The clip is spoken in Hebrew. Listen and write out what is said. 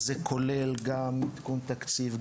זה כולל גם עדכון תקציב,